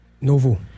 Novo